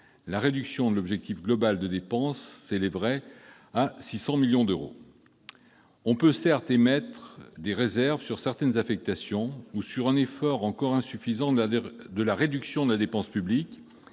la réduction de l'objectif global de dépenses s'élèverait à 600 millions d'euros. On peut émettre des réserves sur certaines affectations ou sur un effort encore insuffisant de la réduction de la dépense publique,